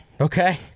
okay